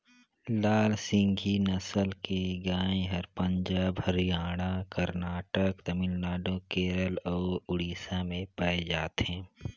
लाल सिंघी नसल के गाय हर पंजाब, हरियाणा, करनाटक, तमिलनाडु, केरल अउ उड़ीसा में पाए जाथे